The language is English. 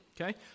okay